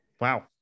Wow